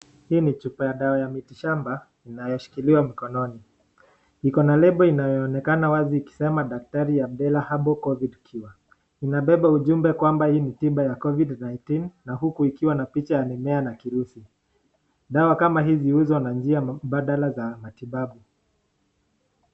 Hii ni chupa ya dawa ya miti shamba inayoshikiliwa mikononi. Ikona lebo inayoonekana wazi ikisema dakatari Abdellah Covid-Cure. Inabeba ujumbe kwamba hii tiba ni ya covid 19 na uku ikiwa na picha ya mimea na virusi. Dawa kama hizi uuzwa na mbandala wa matibabu.